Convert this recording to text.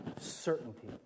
certainty